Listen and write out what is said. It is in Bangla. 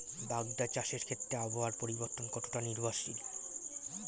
বাগদা চাষের ক্ষেত্রে আবহাওয়ার পরিবর্তন কতটা নির্ভরশীল?